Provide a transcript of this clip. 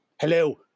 hello